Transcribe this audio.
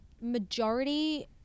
majority